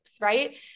right